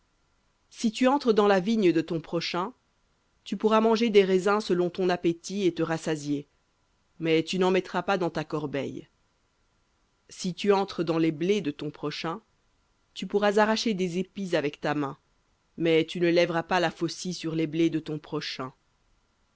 si tu entres dans la vigne de ton prochain tu pourras manger des raisins selon ton appétit et te rassasier mais tu n'en mettras pas dans ta corbeille si tu entres dans les blés de ton prochain tu pourras arracher des épis avec ta main mais tu ne lèveras pas la faucille sur les blés de ton prochain